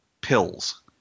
pills